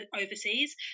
overseas